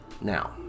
Now